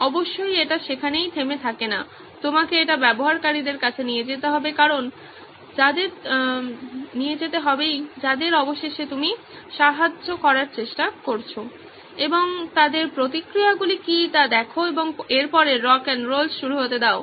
অবশ্যই এটি সেখানেই থেমে থাকে না তোমাকে এটি ব্যবহারকারীদের কাছে নিয়ে যেতে হবে যাদের অবশেষে তুমি সাহায্য করার চেষ্টা করছো এবং তাদের প্রতিক্রিয়াগুলি কী তা দেখো এবং এর পরে rock n roll rock 'n' roll শুরু হতে দাও